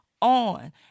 on